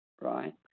right